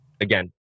again